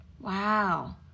wow